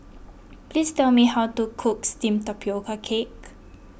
please tell me how to cook Steamed Tapioca Cake